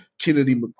Kennedy